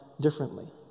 differently